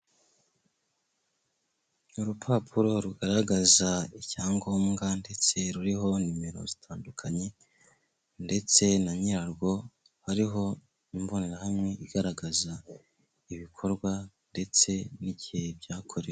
Urupapuro rugaragaza icyangombwa ndetse ruriho nimero zitandukanye ndetse na nyirarwo, hariho imbonerahamwe igaragaza ibikorwa ndetse n'igihe byakorewe.